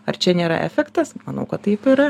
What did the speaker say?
ar čia nėra efektas manau kad taip yra